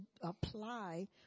apply